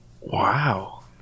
wow